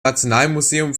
nationalmuseum